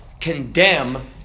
condemn